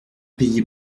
payé